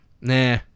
nah